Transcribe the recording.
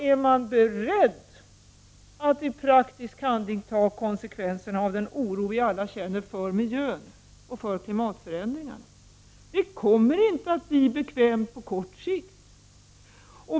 Är de beredda att i praktisk handling ta konsekvenserna av den oro vi alla känner för miljön och klimatförändringen? Det kommer inte att bli bekvämt på kort sikt.